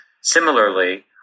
similarly